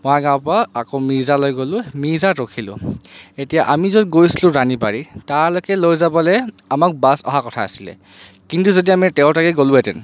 বঙাইগাঁৱৰ পৰা আকৌ মিৰ্জালৈ গ'লো মিৰ্জাত ৰখিলো এতিয়া আমি য'ত গৈছিলো ৰাণীবাৰী তালৈকে লৈ যাবলৈ আমাক বাছ অহা কথা আছিলে কিন্তু যদি আমি তেৰ তাৰিখে গ'লোহেঁতেন